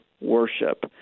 worship